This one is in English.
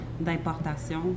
d'importation